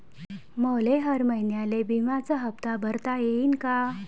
मले हर महिन्याले बिम्याचा हप्ता भरता येईन का?